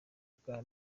bwa